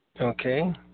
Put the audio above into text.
Okay